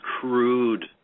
crude